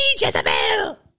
Jezebel